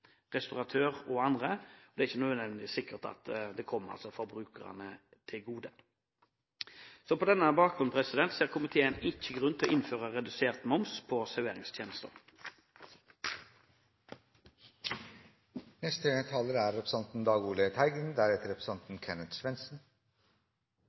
restauratør og andre. Det er altså ikke nødvendigvis sikkert at den kommer forbrukerne til gode. Så på denne bakgrunn ser ikke komiteen grunn til å innføre redusert moms på serveringstjenester. Jeg vil være kort, for dette som saksordføreren redegjorde for, er